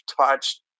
touched